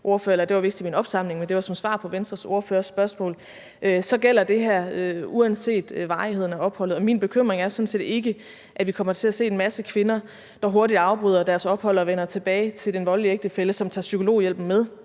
det var vist i min opsamling, men som svar på Venstres ordførers spørgsmål – gælder det her uanset varigheden af opholdet. Min bekymring er sådan set ikke, at vi kommer til at se en masse kvinder, der hurtigt afbryder deres ophold og vender tilbage til den voldelige ægtefælle, som tager psykologhjælpen med.